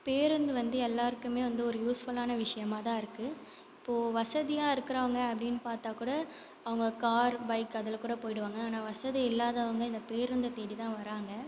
பேருந்து வந்து எல்லாருக்குமே வந்து ஒரு யூஸ்ஃபுல்லான விஷயமாக தான் இருக்குது இப்போது வசதியாக இருக்கிறவங்க அப்படின்னு பார்த்தா கூட அவங்க கார் பைக் அதில் கூட போய்விடுவாங்க ஆனால் வசதி இல்லாதவங்க இந்த பேருந்தை தேடி தான் வராங்க